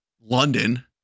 London